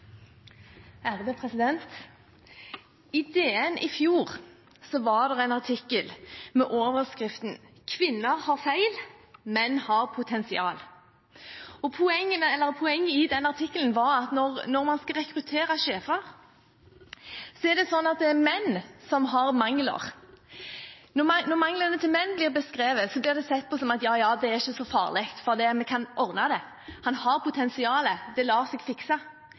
I DN i fjor var det en artikkel med overskriften «Kvinner har feil, menn har potensial». Poenget i den artikkelen var at når man skal rekruttere sjefer og det er menn som har mangler, blir det sett på som at, ja, ja, det er ikke så farlig, det kan vi ordne – han har potensial – det lar seg fikse.